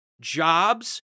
jobs